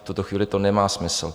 V tuto chvíli to nemá smysl.